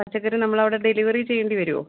പച്ചക്കറി നമ്മളവിടെ ഡെലിവെറി ചെയ്യേണ്ടി വരുവോ